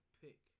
pick